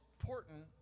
important